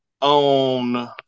on